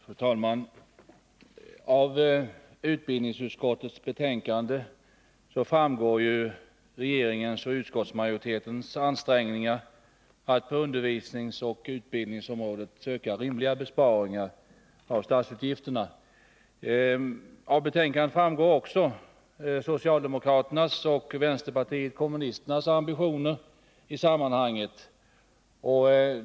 Fru talman! Av utbildningsutskottets betänkande framgår regeringens och utskottsmajoritetens ansträngningar att på undervisningsoch utbildningsområdet söka rimliga besparingar i statsutgifterna. Av betänkandet framgår också socialdemokraternas och vänsterpartiet kommunisternas ambitioner i sammanhanget.